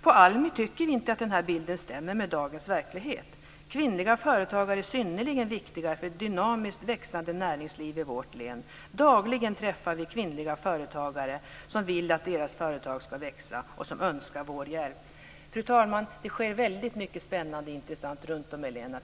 På ALMI tycker vi inte att den här bilden stämmer med dagens verklighet. Kvinnliga företagare är synnerligen viktiga för ett dynamiskt växande näringsliv i vårt län. Dagligen träffar vi kvinnliga företagare som vill att deras företag ska växa och som önskar vår hjälp. Fru talman! Det sker väldigt mycket spännande och intressant runtom i länet.